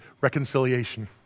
reconciliation